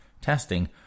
testing